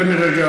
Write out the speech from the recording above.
תן לי רגע,